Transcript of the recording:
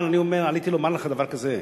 אבל אני אומר, עליתי לומר לך דבר כזה: